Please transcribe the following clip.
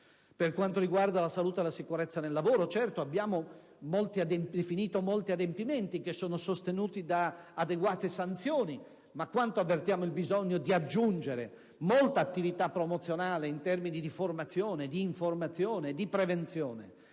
Per quanto riguarda la salute e la sicurezza nel lavoro, certo, abbiamo definito molti adempimenti che sono sostenuti da adeguate sanzioni, ma avvertiamo il bisogno di aggiungere molta attività promozionale in termini di formazione, informazione e prevenzione.